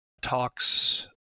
talks